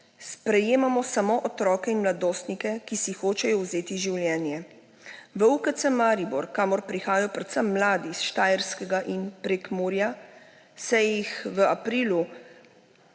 sprejemamo samo otroke in mladostnike, ki si hočejo vzeti življenje. V UKC Maribor, kamor prihajajo predvsem mladi s Štajerskega in Prekmurja, so jih v aprilu